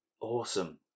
Awesome